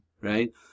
Right